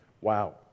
Wow